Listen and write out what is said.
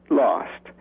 lost